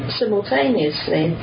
simultaneously